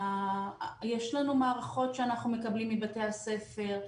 יש לנו מערכות שאנחנו מקבלים מבתי הספר.